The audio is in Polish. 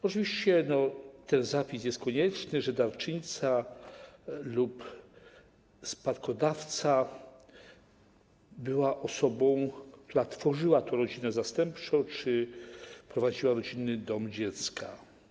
Oczywiście ten zapis jest konieczny, że darczyńcą lub spadkodawcą była osoba, która tworzyła tę rodzinę zastępczą lub prowadziła rodzinny dom dziecka.